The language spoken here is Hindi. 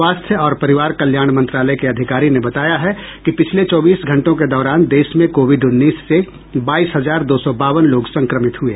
स्वास्थ्य और परिवार कल्याण मंत्रालय के अधिकारी ने बताया है कि पिछले चौबीस घंटों के दौरान देश में कोविड उन्नीस से बाईस हजार दो सो बावन लोग संक्रमित हुए